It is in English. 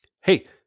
Hey